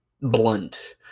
blunt